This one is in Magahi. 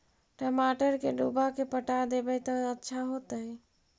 टमाटर के डुबा के पटा देबै त अच्छा होतई?